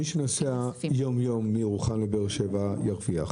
מי שנוסע יום-יום מירוחם לבאר שבע ירוויח.